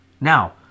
Now